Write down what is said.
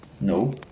no